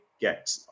get